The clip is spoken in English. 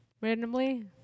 randomly